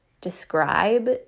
describe